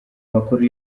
makuru